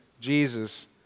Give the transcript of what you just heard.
Jesus